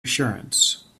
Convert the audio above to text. assurance